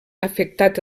afectat